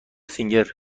سینگر